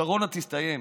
הקורונה תסתיים